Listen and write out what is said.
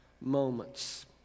moments